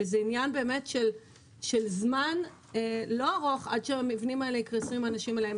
וזה עניין באמת של זמן לא ארוך עד שהמבנים האלה יקרסו עם האנשים עליהם.